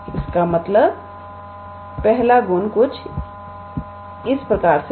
इसलिए पहला गुण कुछ इस प्रकार से है